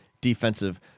Defensive